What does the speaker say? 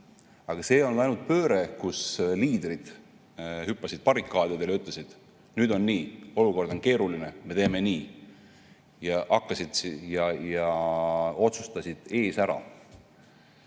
Aga see ei olnud ainult pööre, kus liidrid hüppasid barrikaadidele ja ütlesid: nüüd on nii, olukord on keeruline, me teeme nii, ja otsustasid ees ära,